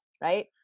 right